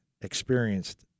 experienced